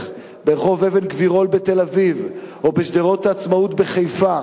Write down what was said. ברחוב אבן-גבירול בתל-אביב או בשדרות-העצמאות בחיפה,